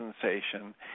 sensation